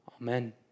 Amen